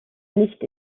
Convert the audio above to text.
nicht